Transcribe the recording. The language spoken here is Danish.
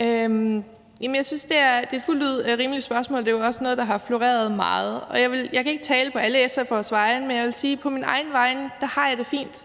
det er et fuldt ud rimeligt spørgsmål. Det er jo også noget, der har floreret meget. Jeg kan ikke tale på alle SF'eres vegne, men jeg vil sige på mine egne vegne, at jeg har det fint